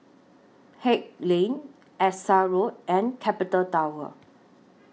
Haig Lane Essex Road and Capital Tower